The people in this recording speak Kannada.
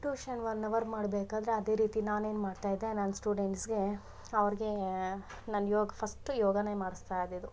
ಟ್ಯೂಷನ್ ಒನ್ ಅವರ್ ಮಾಡಬೇಕಾದ್ರೆ ಅದೇ ರೀತಿ ನಾನೇನು ಮಾಡ್ತಾಯಿದ್ದೆ ನನ್ನ ಸ್ಟೂಡೆಂಟ್ಸ್ಗೆ ಅವ್ರಿಗೆ ನಾನು ಯೋಗ ಫಸ್ಟ್ ಯೋಗಾ ಮಾಡಸ್ತಾಯಿದ್ದಿದು